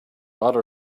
other